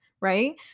Right